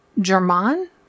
German